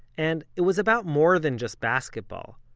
and it was about more than just basketball.